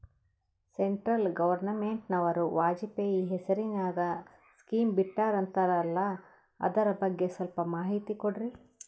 Central ಗವರ್ನಮೆಂಟನವರು ವಾಜಪೇಯಿ ಹೇಸಿರಿನಾಗ್ಯಾ scheme ಬಿಟ್ಟಾರಂತಲ್ಲ ಅದರ ಬಗ್ಗೆ ಸ್ವಲ್ಪ ಮಾಹಿತಿ ಕೊಡ್ರಿ?